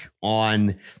on